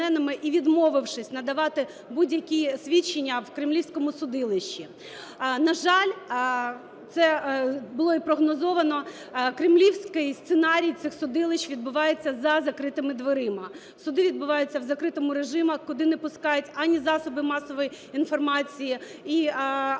і відмовившись надавати будь-які свідчення в кремлівському судилищі. На жаль, це було й прогнозовано, кремлівський сценарій цих судилищ відбувається за закритими дверима. Суди відбуваються в закритому режимі, куди не пускають ані засоби масової інформації, і… ані